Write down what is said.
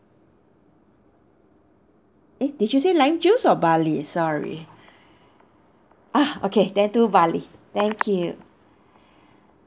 eh did you say lime juice or barley sorry oh okay then two barley thank you